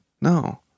no